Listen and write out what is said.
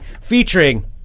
featuring